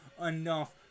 enough